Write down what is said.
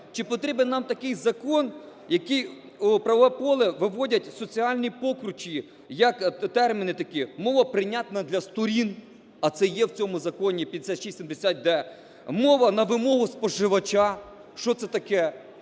Чи потрібен нам такий закон, який у правове поле виводить соціальні покручі як терміни такі: "мова, прийнятна для сторін", а це є в цьому Законі 5670-д, "мова на вимогу споживача" – що це таке,